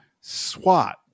SWAT